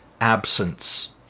absence